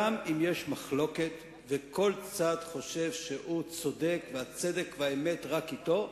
גם אם יש מחלוקת וכל צד חושב שהוא צודק והצדק והאמת רק אתו,